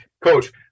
Coach